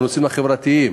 בנושאים החברתיים,